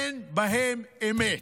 אין בהם אמת.